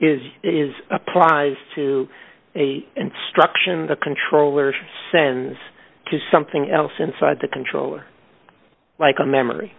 is is applies to a instruction the controllers sends to something else inside the controller like a memory